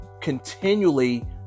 continually